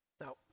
Now